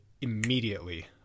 immediately